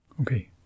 Okay